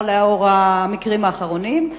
בעיקר לנוכח המקרים האחרונים.